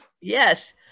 Yes